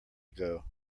ago